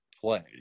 play